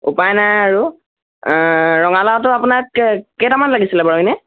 উপায় নাই আৰু ৰঙালাওটো আপোনাক কে কেইটামান লাগিছিলে বাৰু এনেই